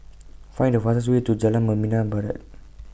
Find The fastest Way to Jalan Membina Barat